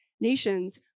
nations